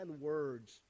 words